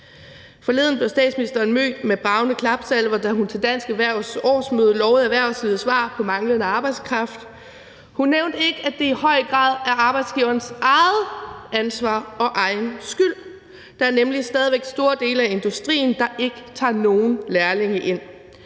Forleden blev statsministeren mødt med bragende klapsalver, da hun til Dansk Erhvervs årsmøde lovede erhvervslivet svar på manglende arbejdskraft, men hun nævnte ikke, at det i høj grad er arbejdsgiverens eget ansvar og egen skyld, for der er nemlig stadig væk store dele af industrien, der ikke tager nogen lærlinge ind.